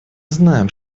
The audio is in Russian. знаем